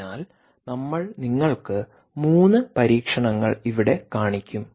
അതിനാൽ നമ്മൾ നിങ്ങൾക്ക് 3 പരീക്ഷണങ്ങൾ ഇവിടെ കാണിക്കും